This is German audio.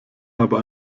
aber